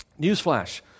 Newsflash